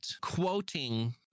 quoting